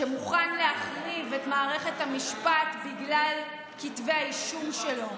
שמוכן להחריב את מערכת המשפט בגלל כתבי האישום שלו,